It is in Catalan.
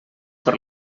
per